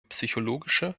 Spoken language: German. psychologische